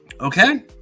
okay